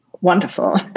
wonderful